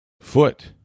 Foot